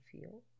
feel